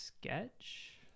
sketch